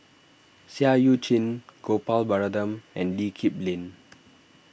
Seah Eu Chin Gopal Baratham and Lee Kip Lin